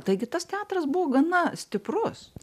taigi tas teatras buvo gana stiprus